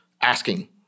asking